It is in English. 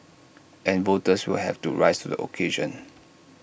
and voters will have to rise to the occasion